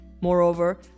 Moreover